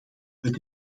het